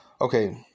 Okay